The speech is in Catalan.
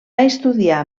estudiar